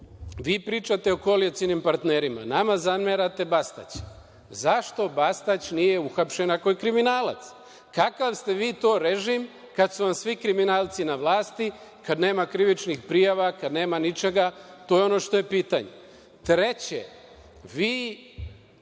vi pričate o koalicionim partnerima, nama zamerate Bastaća. Zašto Bastać nije uhapšen ako je kriminalac? Kakav ste vi to režim kad su vam svi kriminalci na vlasti kad nema krivičnih prijava, kad nema ničega? To je ono što je pitanje. Treće - vi